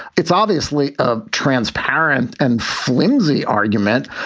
it's obviously a transparent and flimsy argument,